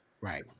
right